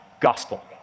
gospel